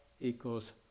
equals